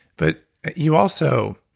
but you also,